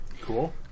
Cool